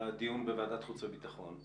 בדיון בוועדת חוץ וביטחון,